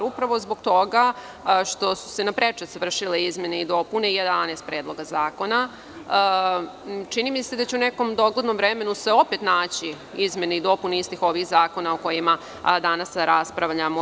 Upravo zbog toga što su se na prečac vršile izmene i dopune 11 predloga zakona, čini mi se da će se u nekom doglednom vremenu opet naći izmene i dopune istih ovih zakona o kojima danas raspravljamo.